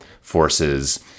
forces